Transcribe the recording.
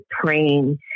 praying